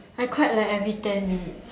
I cried like every ten minutes